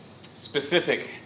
specific